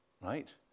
Right